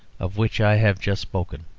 of which i have just spoken.